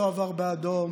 לא עבר באדום,